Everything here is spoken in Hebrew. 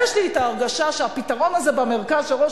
ויש לי הרגשה שהפתרון הזה במרכז שראש